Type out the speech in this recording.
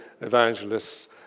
evangelists